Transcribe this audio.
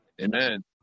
Amen